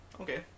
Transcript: Okay